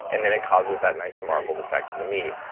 and then it causes that nice marble defect in the meat.